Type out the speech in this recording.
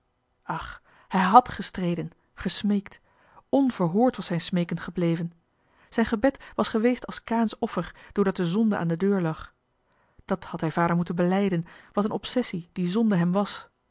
ach hij hàd gestreden gesmeekt onverhoord was zijn smeeken gebleven zijn gebed was geweest als kaïns offer doordat de zonde aan de deur lag dat had hij vader moeten belijden wat een obsessie die zonde hem was